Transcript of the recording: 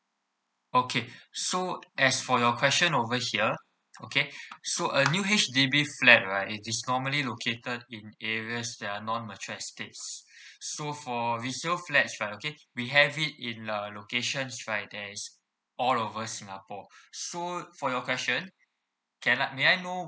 okay so as for your question over here okay so a new H_D_B flat right it is normally located in areas that are non mature estate so for resale flats right okay we have it in uh locations like where there's all over singapore so for your question can I may I know